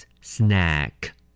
Snack